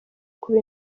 kuba